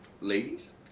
Ladies